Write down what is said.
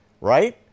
Right